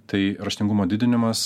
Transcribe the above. tai raštingumo didinimas